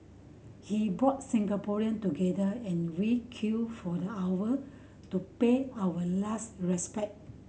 he brought Singaporean together and we queued for the hours to pay our last respect